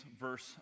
verse